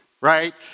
right